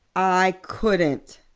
i couldn't,